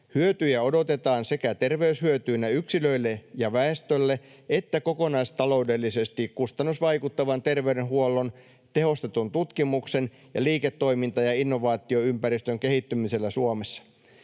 Hyötyjä odotetaan sekä terveyshyötyinä yksilöille ja väestölle että kokonaistalou-dellisesti kustannusvaikuttavan terveydenhuollon, tehostetun tutkimuksen ja liiketoiminta- ja innovaatioympäristön kehittymisellä Suomessa.